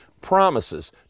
promises